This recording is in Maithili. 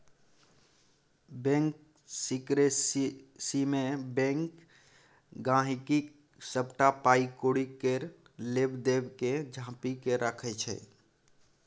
बैंक सिकरेसीमे बैंक गांहिकीक सबटा पाइ कौड़ी केर लेब देब केँ झांपि केँ राखय छै